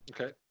Okay